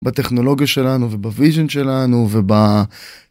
בטכנולוגיה שלנו ובvision שלנו וב...